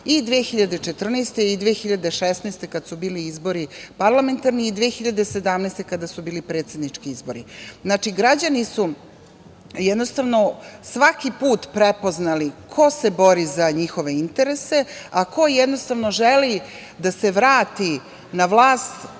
i 2014. i 2016. godine kad su bili izbori parlamentarni i 2017. godine, kad su bili predsednički izbori. Znači, građani su svaki put prepoznali ko se bori za njihove interese, a ko želi da se vrati na vlast